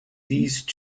these